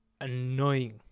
Annoying